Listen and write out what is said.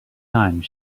time